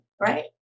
right